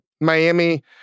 Miami